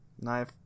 knife